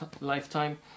lifetime